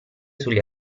sugli